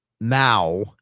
now